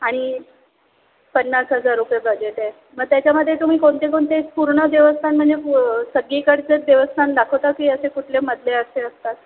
आणि पन्नास हजार रुपये बजेट आहे मग त्याच्यामध्ये तुम्ही कोणते कोणते पूर्ण देवस्थान म्हणजे सगळीकडचे देवस्थान दाखवता की असे कुठले मधले असे असतात